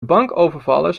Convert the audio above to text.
bankovervallers